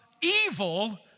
evil